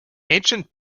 ancient